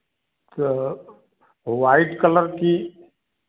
तो white colour की